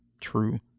true